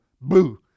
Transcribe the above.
boo